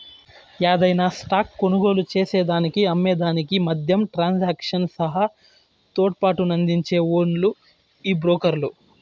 యాదైన స్టాక్ కొనుగోలు చేసేదానికి అమ్మే దానికి మద్యం ట్రాన్సాక్షన్ సహా తోడ్పాటునందించే ఓల్లు ఈ బ్రోకర్లు